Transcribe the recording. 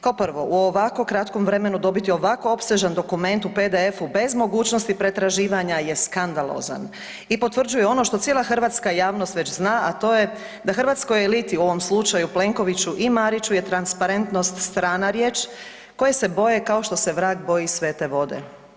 Kao prvo, u ovako kratkom vremenu dobiti ovako opsežan dokument u PDF-u bez mogućnosti pretraživanja je skandalozan i potvrđuje ono što cijela hrvatska javnost već zna, a to je da hrvatskoj eliti, u ovom slučaju Plenkoviću i Mariću je transparentnost strana riječ koje se boje kao što se vrag boji svete vode.